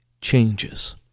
changes